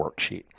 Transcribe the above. worksheet